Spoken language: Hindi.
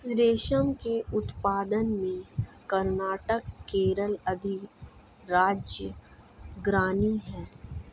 रेशम के उत्पादन में कर्नाटक केरल अधिराज्य अग्रणी है